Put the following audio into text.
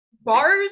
Bars